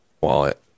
wallet